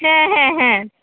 ᱦᱮᱸ ᱦᱮᱸ ᱦᱮᱸ